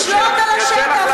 לשלוט על השטח,